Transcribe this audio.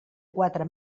quatre